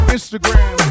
Instagram